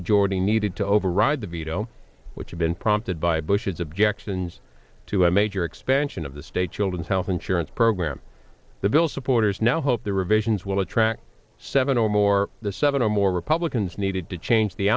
majority needed to override the veto which had been prompted by bush's objections to a major expansion of the state children's health insurance program the bill supporters now hope the revisions will attract seven or more the seven or more republicans needed to change the